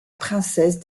princesse